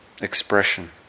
expression